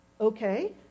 Okay